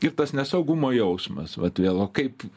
ir tas nesaugumo jausmas vat vėl o kaip